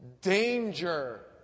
danger